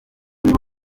nibo